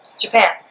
Japan